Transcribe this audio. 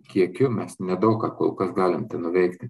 kiekiu mes nedaug ką kol kas galim tenuveikti